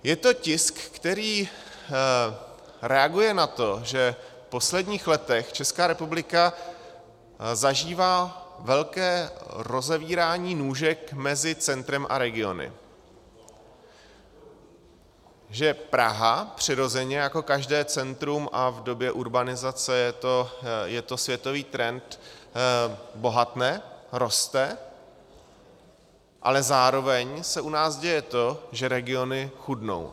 Je to tisk, který reaguje na to, že v posledních letech Česká republika zažívá velké rozevírání nůžek mezi centrem a regiony, že Praha přirozeně jako každé centrum a v době urbanizace je to světový trend bohatne, roste, ale zároveň se u nás děje to, že regiony chudnou.